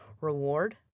reward